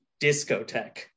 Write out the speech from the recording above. discotheque